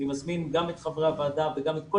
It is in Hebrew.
אני מזמין גם את חברי הוועדה וגם את כל